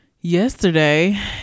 yesterday